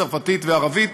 צרפתית וערבית,